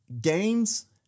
games